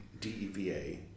D-E-V-A